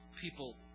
people